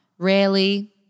Rarely